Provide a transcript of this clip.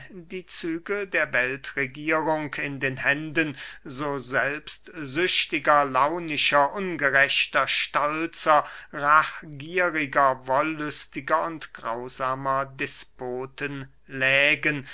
die zügel der weltregierung in den händen so selbstsüchtiger launischer ungerechter stolzer rachgieriger wollüstiger und grausamer despoten lägen